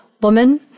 woman